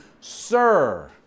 Sir